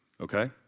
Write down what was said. okay